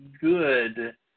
good –